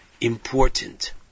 important